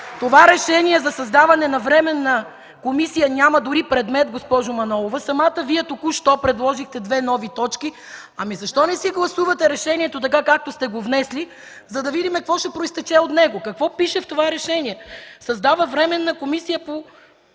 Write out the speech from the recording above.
Това решение за създаване на временна комисия няма дори предмет, госпожо Манолова. Самата Вие току-що предложихте две нови точки. Защо не си гласувате решението така, както сте го внесли, за да видим какво ще произтече от него? Какво пише в това решение? „Създава Временна комисия по